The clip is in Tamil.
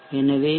எனவே வி